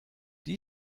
die